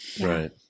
Right